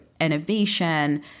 innovation